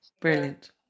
Brilliant